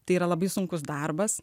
tai yra labai sunkus darbas